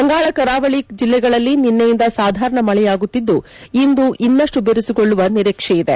ಬಂಗಾಳ ಕರಾವಳಿ ಜಿಲ್ಲೆಗಳಲ್ಲಿ ನಿನ್ನೆಯಿಂದ ಸಾಧಾರಣ ಮಳೆಯಾಗುತ್ತಿದ್ದು ಇಂದು ಇನ್ನಷ್ಟು ಬಿರಿಸುಗೊಳ್ಳುವ ನಿರೀಕ್ಷೆ ಇದೆ